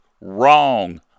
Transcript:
wrong